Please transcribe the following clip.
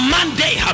Monday